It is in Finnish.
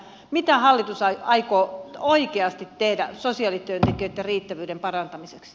mitä hallitus aikoo oikeasti tehdä sosiaalityöntekijöitten riittävyyden parantamiseksi